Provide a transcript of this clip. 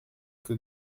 que